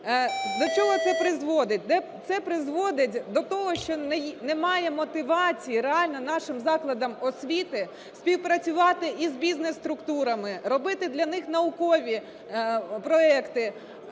До чого це призводить? Це призводить до того, що немає мотивації реально нашим закладам освіти співпрацювати з бізнес-структурами, робити для них наукові проекти